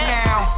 now